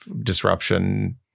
disruption